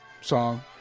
song